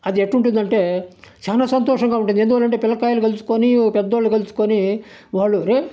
అది ఎట్టుటుందంటే చానా సంతోషంగా ఉంటుంది ఎందువల్ల అంటే పిల్లకాయలు కలుసుకొని పెద్దోళ్ళు కలుసుకొని వాళ్ళు రే